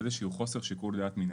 באיזשהו חוסר שיקול דעת מנהלי.